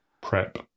Prep